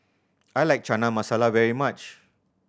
I like Chana Masala very much